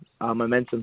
momentum